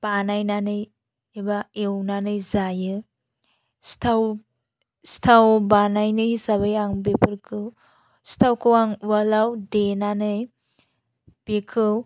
बानायनानै एबा एवनानै जायो सिथाव सिथाव बानायनाय हिसाबै आं बेफोरखौ सिथावखौ आं उवालाव देनानै बेखौ